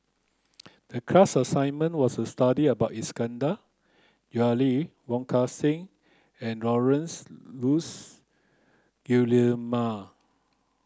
the class assignment was to study about Iskandar Jalil Wong Kan Seng and Laurence Nunns Guillemard